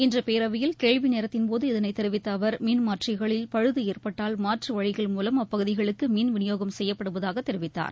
இன்று பேரவையில் கேள்வி நேரத்தின்போது இதளை தெரிவித்த அவர் மின் மாற்றிகளில் பழுது ஏற்பட்டால் மாற்று வழிகள் மூலம் அப்பகுதிகளுக்கு மின் விநியோகம் செய்யப்படுவதாகத் தெரிவித்தார்